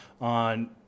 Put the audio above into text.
on